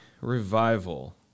Revival